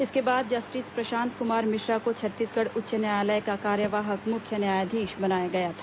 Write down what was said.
इसके बाद जस्टिस प्रशांत कुमार मिश्रा को छत्तीसगढ़ उच्च न्यायालय का कार्यवाहक न्यायाधीश बनाया गया था